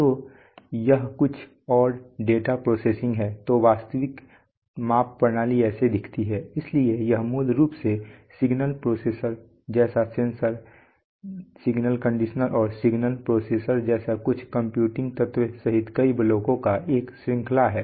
तो यह कुछ और डेटा प्रोसेसिंग है तो वास्तविक माप प्रणाली ऐसी दिखती है इसलिए यह मूल रूप से सिग्नल प्रोसेसर जैसा सेंसर सिग्नल कंडीशनर और सिग्नल प्रोसेसर जैसे कुछ कंप्यूटिंग तत्वों सहित कई ब्लॉकों का एक श्रृंखला है